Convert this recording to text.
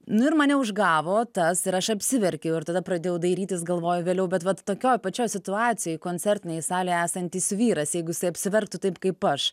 nu ir mane užgavo tas ir aš apsiverkiau ir tada pradėjau dairytis galvoju vėliau bet vat tokioj pačioj situacijoj koncertinėj salėj esantis vyras jeigu jisai apsiverktų taip kaip aš